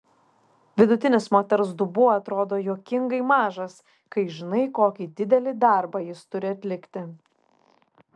vidutinis moters dubuo atrodo juokingai mažas kai žinai kokį didelį darbą jis turi atlikti